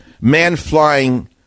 man-flying